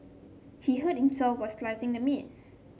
he hurt himself while slicing the meat